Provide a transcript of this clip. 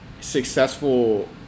successful